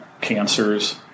Cancers